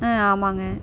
ம் ஆமாங்க